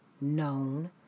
known